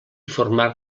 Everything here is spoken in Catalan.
formar